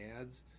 ads